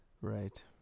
Right